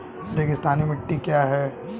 रेगिस्तानी मिट्टी क्या है?